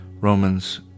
Romans